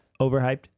Overhyped